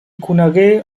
conegué